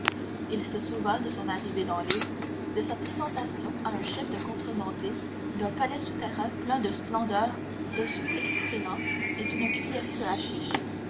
il se souvint de son arrivée dans l'île de sa présentation à un chef de contrebandiers d'un palais souterrain plein de splendeurs d'un souper excellent et d'une cuillerée de haschich